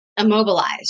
immobilized